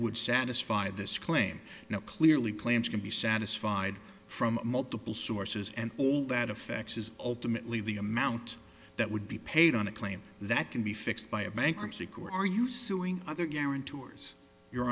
would satisfy this claim now clearly claims can be satisfied from multiple sources and all that affects is ultimately the amount that would be paid on a claim that can be fixed by a bankruptcy court or are you suing other guarantors your